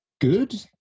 good